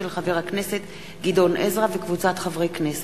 של חבר הכנסת גדעון עזרא וקבוצת חברי הכנסת.